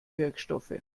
wirkstoffe